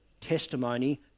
testimony